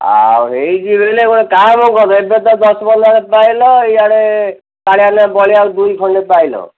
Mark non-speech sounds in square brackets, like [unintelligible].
ଆଉ ହେଇଛି ବେଲେ [unintelligible] ଦଶ ପନ୍ଦର ପାଇଲ ଇୟାଡ଼େ କଳିଆ ନା ବଳିଆ ଦୁଇ ଖଣ୍ଡେ ପାଇଲ